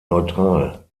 neutral